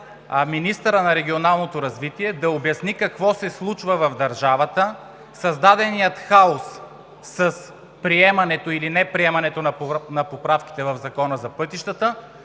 министъра на регионалното развитие да обясни какво се случва в държавата, създадения хаос с приемането или неприемането на поправките в Закона за пътищата,